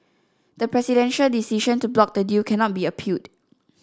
the presidential decision to block the deal cannot be appealed